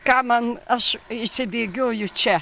ką man aš išsibėgioju čia